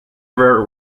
ever